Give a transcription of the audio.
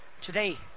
today